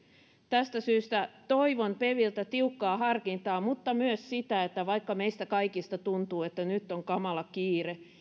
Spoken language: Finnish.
tästä syystä toivon peviltä tiukkaa harkintaa mutta myös sitä että vaikka meistä kaikista tuntuu että nyt on kamala kiire